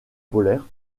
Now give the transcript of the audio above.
polaire